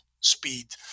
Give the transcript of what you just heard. speed